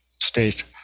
state